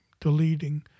deleting